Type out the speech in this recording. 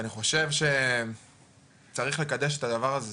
אני חושב שצריך לקדש את הדבר הזה,